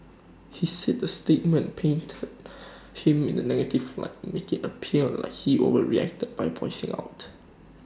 he said the statement painted him in the negative light IT appear like he overreacted by voicing out